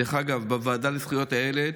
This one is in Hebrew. דרך אגב, בוועדה לזכויות הילד